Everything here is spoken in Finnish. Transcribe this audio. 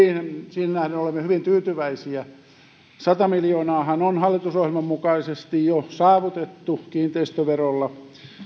siihen nähden olemme hyvin tyytyväisiä sadan miljoonaahan on hallitusohjelman mukaisesti jo saavutettu kiinteistöverolla